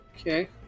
Okay